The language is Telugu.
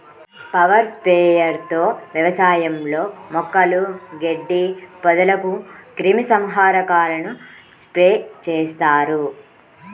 పవర్ స్ప్రేయర్ తో వ్యవసాయంలో మొక్కలు, గడ్డి, పొదలకు క్రిమి సంహారకాలను స్ప్రే చేస్తారు